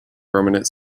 permanent